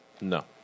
No